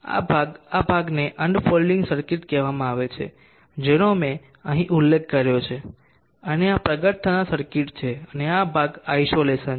આ ભાગ આ ભાગને અનફોલ્ડિંગ સર્કિટ કહેવામાં આવે છે જેનો મેં અહીં ઉલ્લેખ કર્યો છે અને આ પ્રગટ થનાર સર્કિટ છે અને આ ભાગ આઇસોલેસન છે